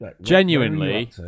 Genuinely